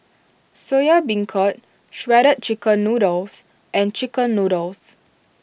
Soya Beancurd Shredded Chicken Noodles and Chicken Noodles